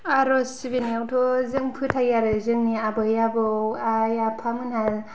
आर'ज सिबिनायावथ' जों फोथायो आरो जोंनि आबै आबौ आइ आफा मोना